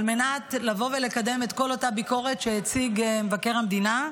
מנת לבוא ולקדם את הטיפול בכל אותה ביקורת שהציג מבקר המדינה,